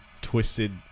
Twisted